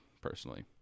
personally